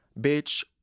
Bitch